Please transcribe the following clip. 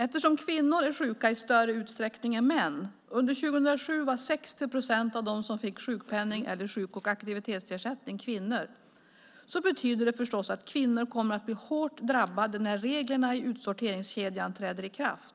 Eftersom kvinnor är sjuka i större utsträckning än män - under 2007 var 60 procent av dem som fick sjukpenning eller sjuk och aktivitetsersättning kvinnor - betyder detta förstås att kvinnor kommer att bli hårt drabbade när reglerna i utsorteringskedjan träder i kraft.